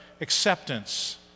acceptance